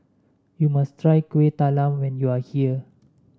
you must try Kuih Talam when you are here